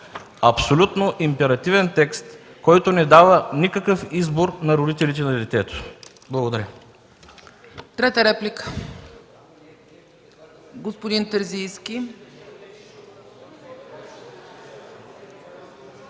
Абсолютно императивен текст, който не дава никакъв избор на родителите на детето. Благодаря.